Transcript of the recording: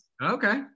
Okay